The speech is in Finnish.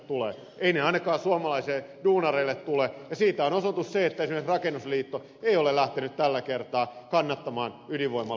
eivät ne ainakaan suomalaisille duunareille tule ja siitä on osoitus se että esimerkiksi rakennusliitto ei ole lähtenyt tällä kertaa kannattamaan ydinvoiman lisärakentamista